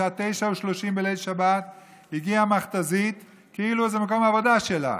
בשעה 21:30 בליל שבת הגיעה מכת"זית כאילו זה מקום העבודה שלה,